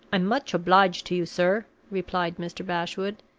i'm much obliged to you, sir, replied mr. bashwood.